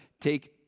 take